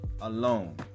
alone